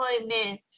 employment